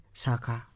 saka